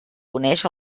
uneix